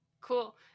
Cool